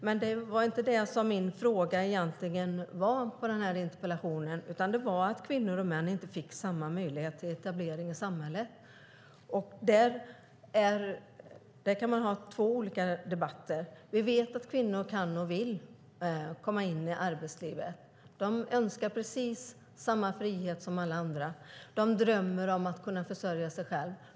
Men det var inte det som min interpellation egentligen handlade om, utan den handlade om att kvinnor och män inte får samma möjligheter till etablering i samhället. Där kan man ha två olika debatter. Vi vet att kvinnor kan och vill komma in i arbetslivet. De önskar precis samma frihet som alla andra. De drömmer om att kunna försörja sig själva.